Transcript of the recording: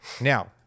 Now